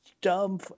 dumb